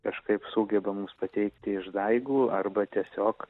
kažkaip sugeba mums pateikti išdaigų arba tiesiog